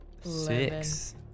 Six